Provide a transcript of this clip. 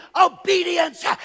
obedience